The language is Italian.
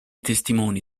testimoni